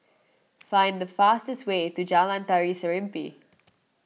find the fastest way to Jalan Tari Serimpi